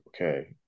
okay